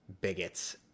bigots